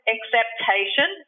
Acceptation